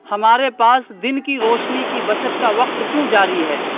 ہمارے پاس دن کی روشنی کی بچت کا وقت کیوں جاری ہے